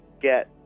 get